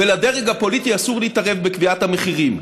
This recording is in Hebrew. ולדרג הפוליטי אסור להתערב בקביעת המחירים.